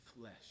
flesh